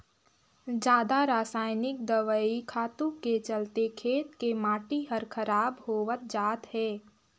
जादा रसायनिक दवई खातू के चलते खेत के माटी हर खराब होवत जात हे